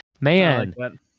man